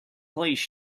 please